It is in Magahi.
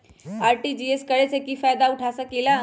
आर.टी.जी.एस करे से की फायदा उठा सकीला?